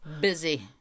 busy